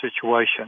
situation